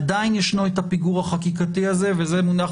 עדיין ישנו הפיגור החקיקתי הזה וזה מונח